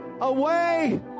away